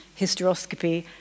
hysteroscopy